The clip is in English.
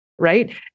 Right